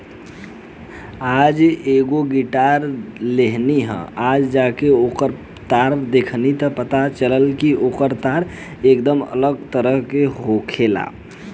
आज एगो गिटार लेनी ह आ जब ओकर तार देखनी त पता चलल कि ओकर तार एकदम अलग तरह के होखेला